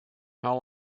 how